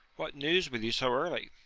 what news with you so early?